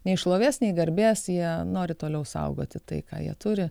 nei šlovės nei garbės jie nori toliau saugoti tai ką jie turi